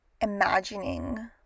imagining